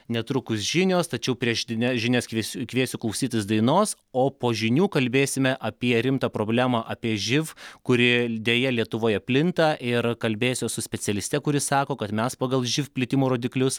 netrukus žinios tačiau prieš ži žinias kvie kviesiu klausytis dainos o po žinių kalbėsime apie rimtą problemą apie živ kuri deja lietuvoje plinta ir kalbėsiuos su specialiste kuri sako kad mes pagal živ plitimo rodiklius